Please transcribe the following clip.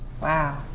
Wow